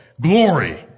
Glory